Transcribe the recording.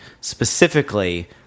specifically